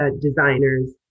designers